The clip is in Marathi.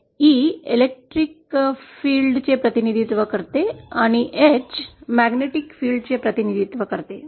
E विद्युत क्षेत्राचे प्रतिनिधित्व करते H चुंबकीय क्षेत्राचे प्रतिनिधित्व करते